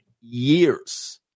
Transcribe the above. years